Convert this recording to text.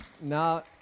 Now